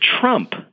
Trump